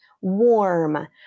warm